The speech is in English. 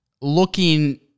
looking